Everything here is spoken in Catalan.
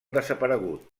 desaparegut